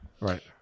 Right